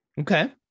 Okay